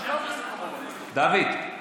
דוד,